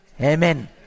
Amen